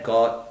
God